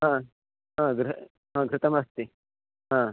हा हा गृहं हा घृतमस्ति हा